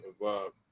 involved